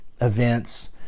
events